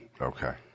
Okay